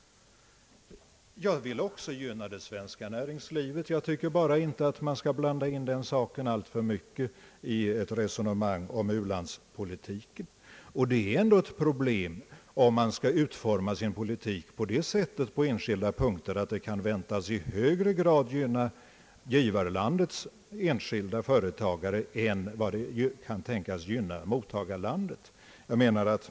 Jag vill också gynna det svenska näringslivet. Jag tycker bara att man inte skall blanda in den saken alltför mycket i ett resonemang om u-landspolitiken. Det är ändock ett problem om man på enskilda punkter utformar sin politik på det sättet, att den kan väntas i högre grad gynna givarlandets enskilda företagare än mottagarlandets.